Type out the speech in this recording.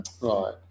Right